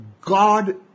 God